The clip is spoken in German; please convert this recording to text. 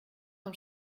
vom